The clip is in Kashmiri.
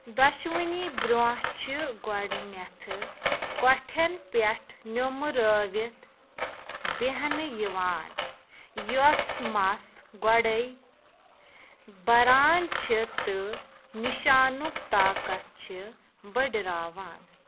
دۄشؤنی برٛونٛہہ چھِ گۄڈٕنٮ۪تھٕ کۄٹھٮ۪ن پٮ۪ٹھ نِمرٲوِتھ بیٚہنہٕ یِوان یۄس مَس گۄڈَے بَران چھِ تہٕ نِشانُک طاقت چھِ بٔڑاوان